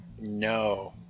No